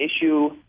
issue